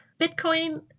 Bitcoin